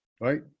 right